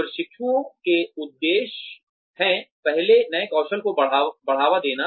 प्रशिक्षुता के उद्देश्य हैं पहले नए कौशल को बढ़ावा देना